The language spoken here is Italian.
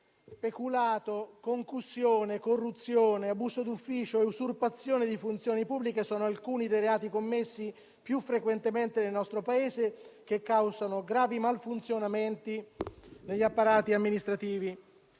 peculato, concussione, corruzione, abuso d'ufficio e usurpazione di funzioni pubbliche sono alcuni dei reati commessi più frequentemente nel nostro Paese che causano gravi malfunzionamenti degli apparati amministrativi.